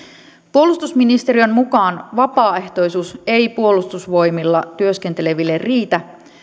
puolustusministeriön mukaan vapaaehtoisuus ei puolustusvoimilla työskenteleville riitä